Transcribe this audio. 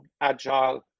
agile